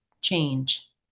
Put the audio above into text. change